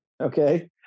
okay